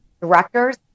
directors